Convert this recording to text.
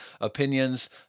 opinions